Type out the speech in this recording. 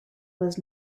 was